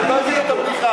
הוא לא הבין את הבדיחה.